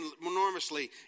enormously